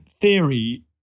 theory